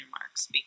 marks